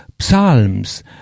Psalms